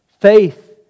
Faith